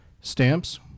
stamps